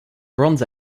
bronze